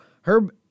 Herb